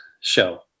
show